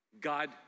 God